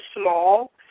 small